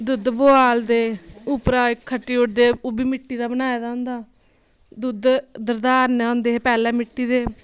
दुद्ध उबालदे उप्परा दा खट्टी ओड़दे ओह् बी मिट्टी दा बनाए दा होंदा ऐ दुद्ध दुधारने होंदे हे पैहलें मिट्टी दे